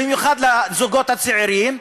במיוחד הזוגות הצעירים.